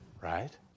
right